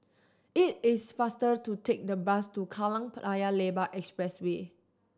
it is faster to take the bus to Kallang Paya Lebar Expressway